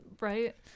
Right